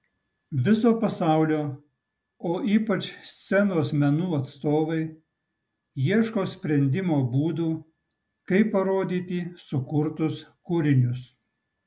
viso pasaulio o ypač scenos menų atstovai ieško sprendimo būdų kaip parodyti sukurtus kūrinius